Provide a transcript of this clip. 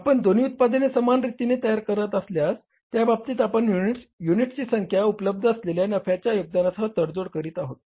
आपण दोन्ही उत्पादने समान रीतीने तयार करत असल्यास त्या बाबतीत आपण युनिट्सची संख्या उपलब्ध असलेल्या नफ्याच्या योगदानासह तडजोड करीत आहोत